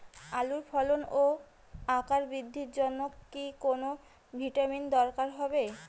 আলুর ফলন ও আকার বৃদ্ধির জন্য কি কোনো ভিটামিন দরকার হবে?